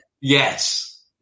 Yes